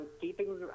keeping